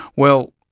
well,